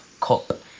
cup